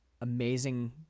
amazing